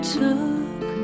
took